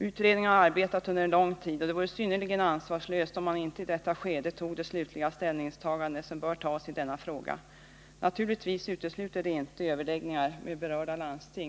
Utredningen har arbetat under en lång tid, och det vore synnerligen ansvarslöst om man inte i detta skede gjorde det slutliga ställningstagande som bör göras i denna fråga. Naturligtvis utesluter det inte överläggningar med berörda landsting.